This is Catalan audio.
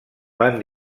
van